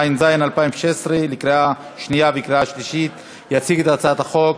אדוני יושב-ראש ועדת החוקה,